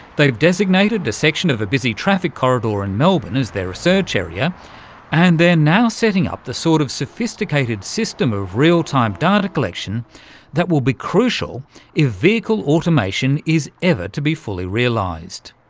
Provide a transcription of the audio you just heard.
they've designated a section of a busy traffic corridor in melbourne as their research area and they're now setting up the sort of sophisticated system of real-time data collection that will be crucial if vehicle automation is ever to be fully realised.